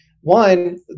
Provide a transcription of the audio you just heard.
One